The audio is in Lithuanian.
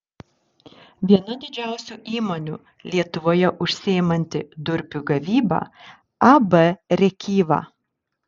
viena didžiausių įmonių lietuvoje užsiimanti durpių gavyba ab rėkyva